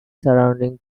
surrounding